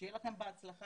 שיהיה לכם בהצלחה.